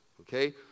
okay